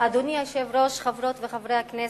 אדוני היושב-ראש, חברות וחברי הכנסת,